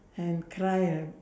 and cry uh